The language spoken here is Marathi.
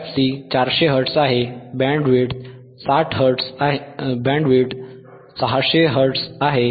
fC 400 Hertz आहे बँडविड्थ 60 Hertz आहे